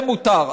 זה מותר.